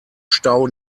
stau